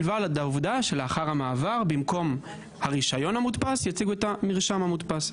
מלבד העובדה שלאחר המעבר במקום הרישיון המודפס יציגו את המרשם המודפס.